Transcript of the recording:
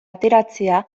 ateratzea